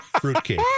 fruitcake